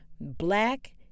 black